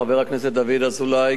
חבר הכנסת דוד אזולאי,